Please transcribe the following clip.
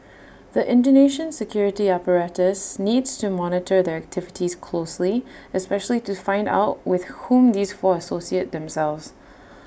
the Indonesian security apparatus needs to monitor their activities closely especially to find out with whom these four associate themselves